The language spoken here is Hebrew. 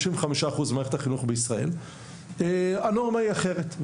מ-55% ממערכת החינוך בישראל הנורמה היא אחרת,